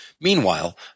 Meanwhile